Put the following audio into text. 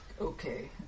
okay